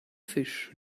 fisch